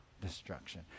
destruction